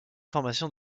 formation